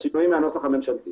השינויים מהנוסח הממשלתי